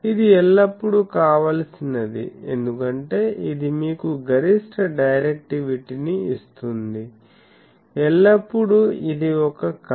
ఇది ఎల్లప్పుడూ కావాల్సినది ఎందుకంటే ఇది మీకు గరిష్ట డైరెక్టివిటీ ని ఇస్తుంది ఎల్లప్పుడూ ఇది ఒక కల